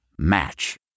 match